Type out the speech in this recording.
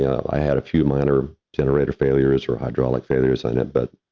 i had a few minor generator failures or hydraulics failures on it, but,